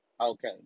Okay